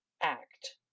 act